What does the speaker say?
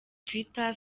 twitter